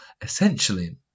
Essentially